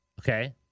Okay